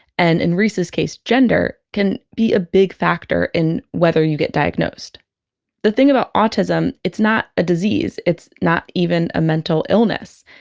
and in reese's case gender can be a big factor in whether you get diagnosed the thing about autism, it's not a disease, it's not even a mental illness.